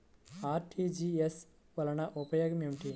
RTGS వలన ఉపయోగం ఏమిటీ?